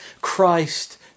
Christ